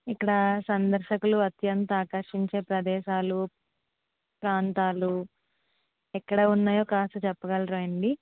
ఇక్కడ సందర్శకులని అత్యంత ఆకర్షించే ప్రదేశాలు ప్రాంతాలు ఎక్కడ ఉన్నాయో కాస్త చెప్పగలరా అండి